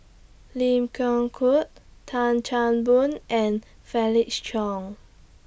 Lim Geok Tan Chan Boon and Felix Cheong